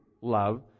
love